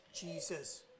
Jesus